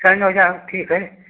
ten हजार ठीक है